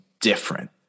different